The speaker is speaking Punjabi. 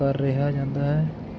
ਕਰ ਰਿਹਾ ਜਾਂਦਾ ਹੈ